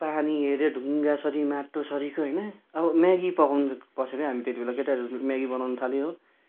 पानी हेऱ्यो ढुङ्गासरि माटोसरिको होइन अब म्यागी पकाउनु बसेको हामी त्यति बेला केटाहरू म्यागी बनाउनु थाल्यो हो